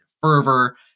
fervor